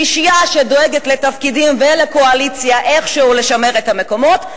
שלישייה שדואגת לתפקידים ולקואליציה ואיכשהו לשמר את המקומות,